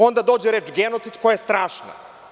Onda dođe reč – genocid, koja je strašna.